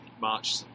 March